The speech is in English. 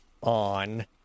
on